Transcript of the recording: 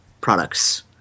products